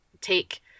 take